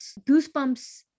Goosebumps